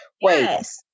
Yes